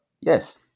Yes